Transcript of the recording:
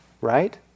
right